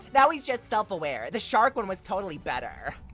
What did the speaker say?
now he's just self-aware. the shark one was totally better.